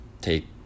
take